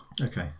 Okay